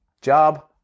Job